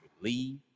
leave